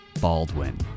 Baldwin